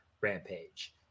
rampage